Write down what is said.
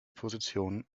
position